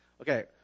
Okay